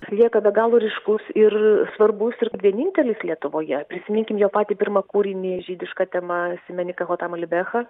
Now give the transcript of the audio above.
lieka be galo ryškus ir svarbus ir vienintelis lietuvoje prisiminkim jo patį pirmą kūrinį žydiška tema simeni kahotam al libeha